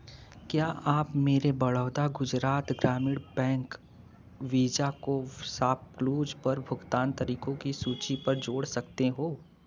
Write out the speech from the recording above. क्या आप मेरे बड़ौदा गुजरात ग्रामीण बैंक वीज़ा को सॉपक्लूज़ पर भुगतान तरीकों की सूची पर जोड़ सकते हो